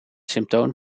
symptoom